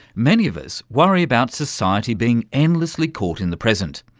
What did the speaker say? many of us worry about society being endlessly caught in the present,